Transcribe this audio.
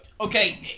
Okay